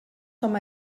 com